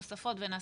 זה לא תופס.